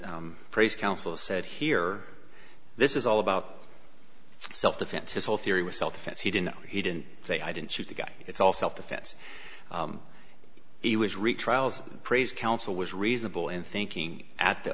as praise counsel said here this is all about self defense his whole theory was self defense he didn't he didn't say i didn't shoot the guy it's all self defense he was retrials praise counsel was reasonable in thinking at the